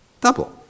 Double